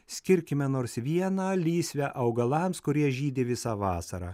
skirkime nors vieną lysvę augalams kurie žydi visą vasarą